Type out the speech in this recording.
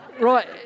right